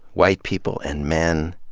white people, and men,